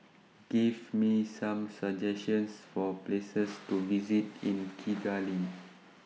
Give Me Some suggestions For Places to visit in Kigali